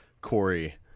Corey